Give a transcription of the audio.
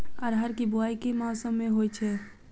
अरहर केँ बोवायी केँ मौसम मे होइ छैय?